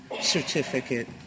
certificate